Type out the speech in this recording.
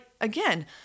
again